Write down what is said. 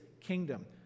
kingdom